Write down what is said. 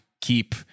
keep